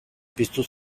piztu